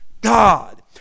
God